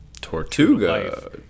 Tortuga